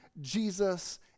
Jesus